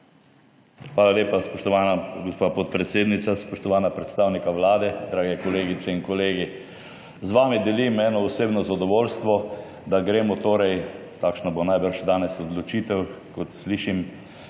Hvala lepa, spoštovana gospa podpredsednica. Spoštovana predstavnika Vlade, drage kolegice in kolegi! Z vami delim osebno zadovoljstvo, da gremo torej, takšna bo najbrž danes odločitev, kot slišim,